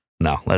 No